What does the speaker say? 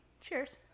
Cheers